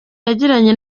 yagiranye